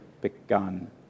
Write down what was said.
begun